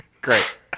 Great